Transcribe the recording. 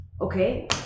Okay